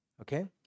Okay